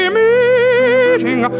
meeting